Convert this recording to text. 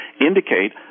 indicate